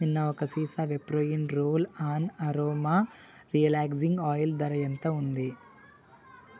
నిన్న ఒక సీసా విప్రోయిన్ roll on aroma relaxing oil ధర ఎంత ఉంది